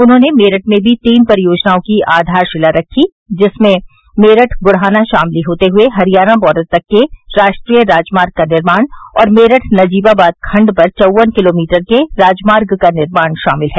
उन्होंने मेरठ में भी तीन परियोजनओं की आधारशिला रखी जिसमें मेरठ बुढ़ाना शामली होते हुए हरियाणा बार्डर तक के राष्ट्रीय राजमार्ग का निर्माण और मेरठ नजीबाबाद खंड पर चौव्न किलोमीटर के राजमार्ग का निर्माण शामिल है